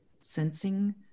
sensing